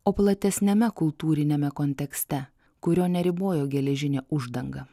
o platesniame kultūriniame kontekste kurio neribojo geležinė uždanga